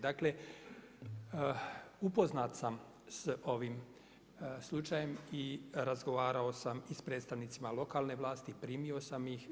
Dakle, upoznat sam sa ovim slučajem i razgovarao sam i sa predstavnicima lokalne vlasti, primio sam ih.